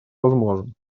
возможен